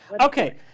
Okay